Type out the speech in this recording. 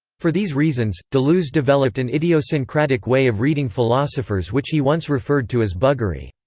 for these reasons, deleuze developed an idiosyncratic way of reading philosophers which he once referred to as buggery.